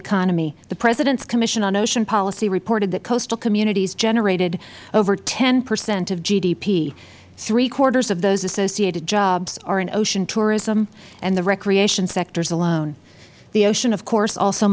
economy the president's commission on ocean policy reported that coastal communities generated over ten percent of gdp three quarters of those associated jobs are in ocean tourism and the recreation sectors alone the ocean of course also